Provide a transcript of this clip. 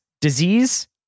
disease